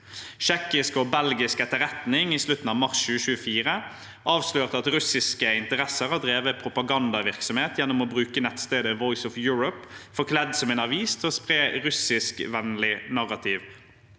Tsjekkisk og belgisk etterretning avslørte i slutten av mars 2024 at russiske interesser har drevet propagandavirksomhet gjennom å bruke nettstedet Voice of Europe, forkledd som en avis, til å spre russiskvennlige narrativer.